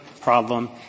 problem